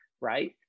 right